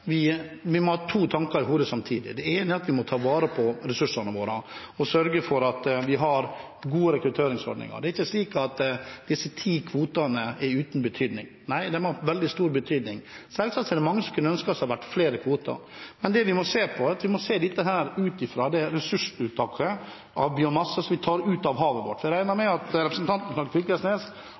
vi må ta vare på ressursene våre, og å sørge for at vi har gode rekrutteringsordninger. Det er ikke slik at disse ti kvotene er uten betydning – nei, de har veldig stor betydning. Selvsagt er det mange som kunne ønske seg at det hadde vært flere kvoter, men vi må se på dette ut fra det ressursuttaket av biomasse som vi tar ut av havet. Jeg regner med at også representanten Knag Fylkesnes